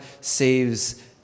saves